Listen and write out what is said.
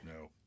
No